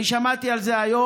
אני שמעתי על זה היום.